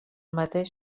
mateix